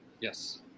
Yes